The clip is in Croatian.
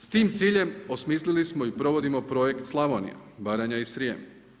S time ciljem osmislili smo i provodimo Projekt Slavonija, Baranja i Srijem.